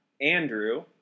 Andrew